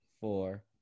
four